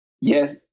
yes